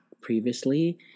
previously